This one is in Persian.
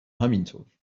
همینطور